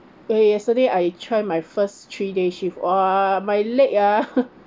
eh yesterday I try my first three day shift !wah! my leg ah